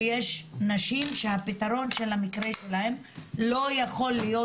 ויש נשים שהפתרון של המקרה שלהן לא יכול להיות